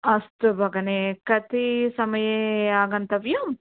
अस्तु भगिनी कति समये आगन्तव्यं